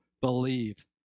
believe